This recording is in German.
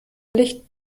licht